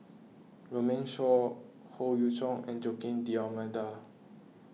Runme Shaw Howe Yoon Chong and Joaquim D'Almeida